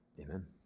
Amen